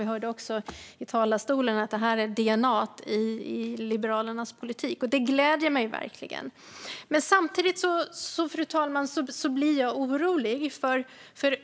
Vi hörde också i talarstolen att detta är dna:t i Liberalernas politik, och det gläder mig verkligen. Samtidigt, fru talman, blir jag orolig.